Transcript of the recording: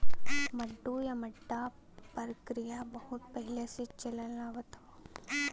मड्डू या मड्डा परकिरिया बहुत पहिले से चलल आवत ह